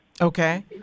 Okay